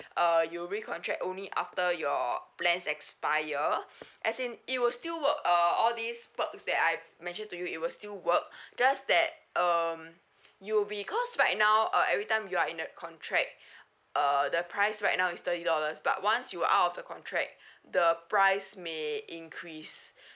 uh you recontract only after your plans expire as in it will still work uh all these perks that I've mentioned to you it will still work just that um you because right now uh every time you are in a contract err the price right now is thirty dollars but once you are out of the contract the price may increase